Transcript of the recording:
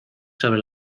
sobre